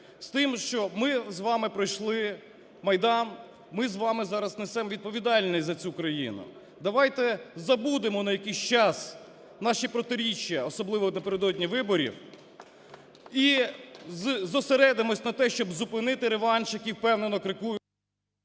з тим, що ми з вами пройшли Майдан, ми зараз з вами несемо відповідальність за цю країну. Давайте забудемо на якийсь час наші протиріччя, особливо напередодні виборів і зосередимось на тому, щоб зупинити реваншників, які впевнено крокують…